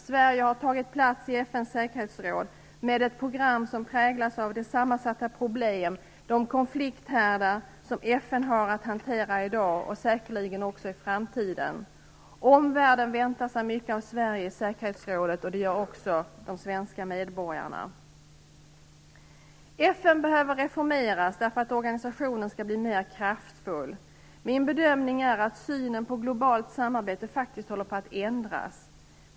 Sverige har tagit plats i FN:s säkerhetsråd med ett program som präglas av de sammansatta problem och konflikthärdar som FN har att hantera i dag och säkerligen också i framtiden. Omvärlden väntar sig mycket av Sverige i säkerhetsrådet. Det gör också de svenska medborgarna. FN behöver reformeras för att organisationen skall bli mer kraftfull. Min bedömning är att synen på globalt samarbete faktiskt håller på att ändras.